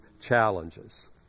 challenges